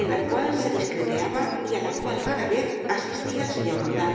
en la cual se discreteaba y á la cual rara vez asistía el señor roldán